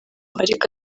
ariko